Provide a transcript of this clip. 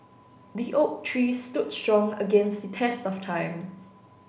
the oak tree stood strong against the test of time